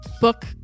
book